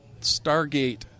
Stargate